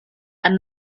and